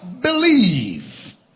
believe